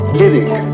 lyric